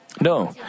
no